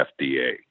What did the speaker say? FDA